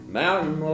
mountain